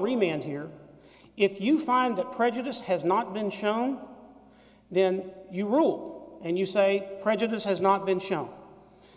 remain here if you find that prejudice has not been shown then you rule and you say prejudice has not been shown